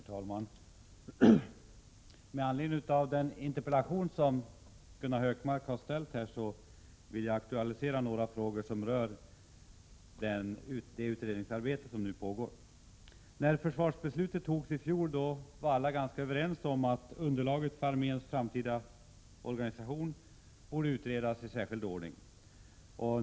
Herr talman! Med anledning av den interpellation som Gunnar Hökmark har framställt vill jag aktualisera några frågor som rör det utredningsarbete som nu pågår. När försvarsbeslutet fattades i fjol var alla ganska överens om att underlaget för arméns framtida organisation borde utredas i särskild ordning.